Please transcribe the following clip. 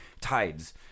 tides